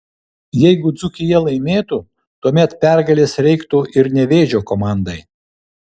jeigu dzūkija laimėtų tuomet pergalės reiktų ir nevėžio komandai